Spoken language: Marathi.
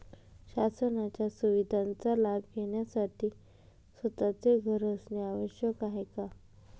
शासनाच्या सुविधांचा लाभ घेण्यासाठी स्वतःचे घर असणे आवश्यक आहे का?